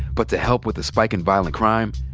but to help with the spike in violent crime,